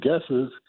guesses